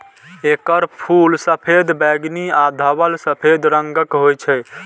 एकर फूल सफेद, बैंगनी आ धवल सफेद रंगक होइ छै